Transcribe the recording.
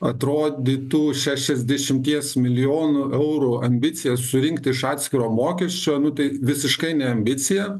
atrodytų šešiasdešimties milijonų eurų ambicija surinkt iš atskiro mokesčio nu tai visiškai ne ambicija